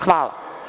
Hvala.